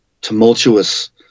tumultuous